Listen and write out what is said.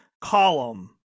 column